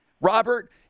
Robert